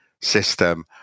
system –